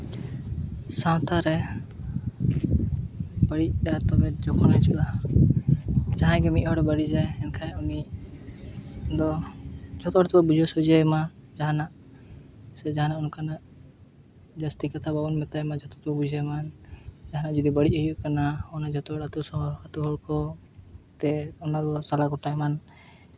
ᱥᱟᱶᱛᱟ ᱨᱮ ᱵᱟᱹᱲᱤᱡ ᱰᱟᱦᱟᱨ ᱢᱮᱱᱛᱮ ᱵᱩᱡᱷᱟᱹᱜᱼᱟ ᱡᱟᱦᱟᱸᱭ ᱜᱮ ᱢᱤᱫ ᱦᱚᱲ ᱵᱟᱹᱲᱤᱡᱟᱭ ᱮᱱᱠᱷᱟᱡ ᱩᱱᱤ ᱫᱚ ᱡᱚᱛᱚ ᱦᱚᱲ ᱦᱚᱲ ᱛᱮᱠᱚ ᱵᱩᱡᱷᱟᱹᱣ ᱥᱩᱡᱷᱟᱹᱣ ᱮᱢᱟ ᱡᱟᱦᱟᱱᱟᱜ ᱥᱮ ᱡᱟᱦᱟᱱᱟᱜ ᱚᱱᱠᱟᱱᱟᱜ ᱡᱟᱹᱥᱛᱤ ᱠᱟᱛᱷᱟ ᱵᱟᱵᱚᱱ ᱢᱮᱛᱟᱭ ᱢᱟ ᱡᱚᱛᱚᱱᱟᱜ ᱵᱩᱡᱷᱟᱹᱣ ᱢᱟᱭ ᱡᱟᱦᱟᱱᱟᱜ ᱡᱩᱫᱤ ᱵᱟᱹᱲᱤᱡ ᱦᱩᱭᱩᱜ ᱠᱟᱱᱟ ᱚᱱᱟ ᱡᱚᱛᱚ ᱦᱚᱲ ᱟᱛᱳ ᱦᱚᱲ ᱛᱮ ᱚᱱᱟ ᱫᱚᱠᱚ ᱥᱟᱞᱟ ᱜᱳᱴᱟᱭ ᱢᱟ